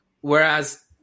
Whereas